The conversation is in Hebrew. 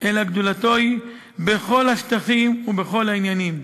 אלא בכל השטחים ובכל העניינים.